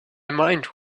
mind